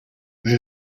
they